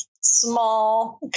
small